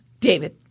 David